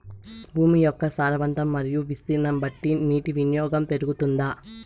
భూమి యొక్క సారవంతం మరియు విస్తీర్ణం బట్టి నీటి వినియోగం పెరుగుతుందా?